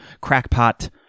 crackpot